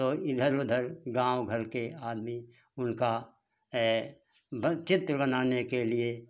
तो इधर उधर गाँव घर के आदमी है उनका चित्र बनाने के लिए